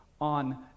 on